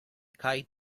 kite